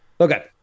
Okay